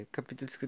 Capítulo